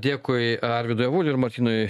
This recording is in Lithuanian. dėkui arvydui avuliui ir martynui